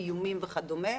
איומים וכדומה,